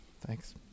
Thanks